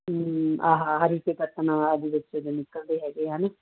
ਆਹਾ ਹਰੀ ਕੇ ਪੱਤਣ ਆਹਦੇ ਵਿੱਚੋਂ ਤੋਂ ਨਿਕਲਦੇ ਹੈਗੇ ਹਨ